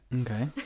Okay